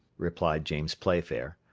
replied james playfair.